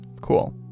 cool